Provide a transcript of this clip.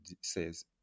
says